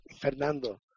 Fernando